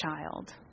child